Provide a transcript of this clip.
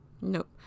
Nope